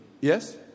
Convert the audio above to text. yes